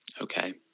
Okay